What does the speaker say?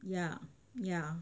yeah yeah